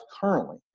currently